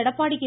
Edappadi K